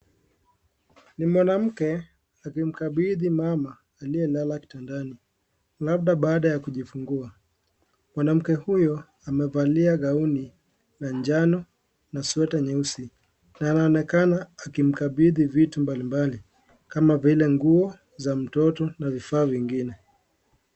Ni mwanamke akimkabidhi mama aliyelala kitandani, labda baada ya kujifungua. Mwanamke huyo amevalia gauni la jano na sweta nyeusi na anaonekana akimkabidhi vitu mbalimbali kama vile nguo za mtoto na vifaa vingine.